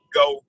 go